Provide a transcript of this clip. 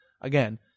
again